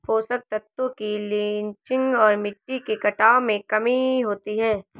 पोषक तत्वों की लीचिंग और मिट्टी के कटाव में कमी होती है